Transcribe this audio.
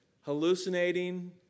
hallucinating